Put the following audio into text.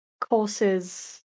courses